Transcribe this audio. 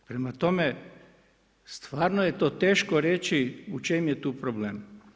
Prema tome, stvarno je to teško reći u čemu je tu problem.